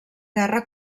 guerra